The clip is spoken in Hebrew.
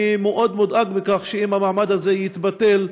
אני מאוד מודאג מכך שאם המעמד הזה יתבטל,